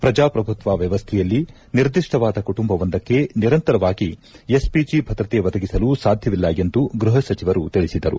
ಪ್ರಜಾಪ್ರಭುತ್ವ ವ್ಯವಸ್ಥೆಯಲ್ಲಿ ನಿರ್ದಿಷ್ಷವಾದ ಕುಟುಂಬವೊಂದಕ್ಕೆ ನಿರಂತರವಾಗಿ ಎಸ್ಪಿಜಿ ಭದ್ರತೆ ಒದಗಿಸಲು ಸಾಧ್ವವಿಲ್ಲ ಎಂದು ಗೃಹಸಚಿವರು ತಿಳಿಸಿದರು